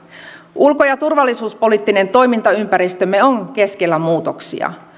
ulko ja turvallisuuspoliittinen toimintaympäristömme on keskellä muutoksia